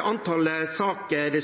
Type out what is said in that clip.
Antallet saker